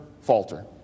falter